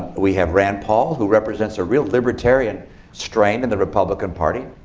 we have rand paul, who represents a real libertarian strain in the republican party.